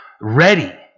ready